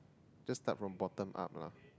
just start from bottom up lah